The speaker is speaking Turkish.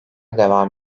devam